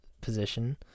position